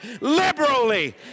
liberally